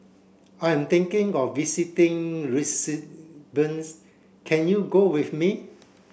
I am thinking of visiting can you go with me